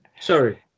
Sorry